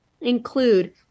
include